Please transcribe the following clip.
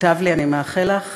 הוא כתב לי: "אני מאחל לך